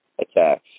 attacks